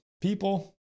people